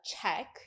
check